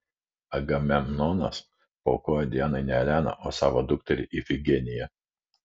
agamemnonas paaukojo dianai ne eleną o savo dukterį ifigeniją